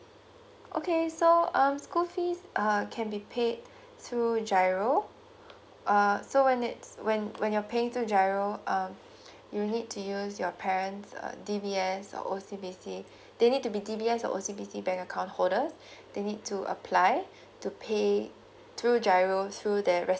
okay so um school fees err can be paid through G_I_R_O err so when it's when when you're paying to G_I_R_O um you need to use your parents err D_B_S or O_C_B_C they need to be D_B_S or O_C_B_C bank account holder they need to apply to pay through G_I_R_O through the